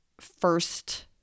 first